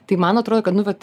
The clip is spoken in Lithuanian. tai man atrodo kad nu vat